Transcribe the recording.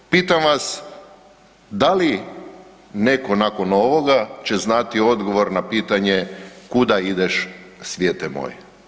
Pitam vas da li netko nakon ovoga će znati odgovor na pitanje kuda ideš svijete moj.